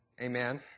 Amen